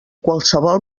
qualsevol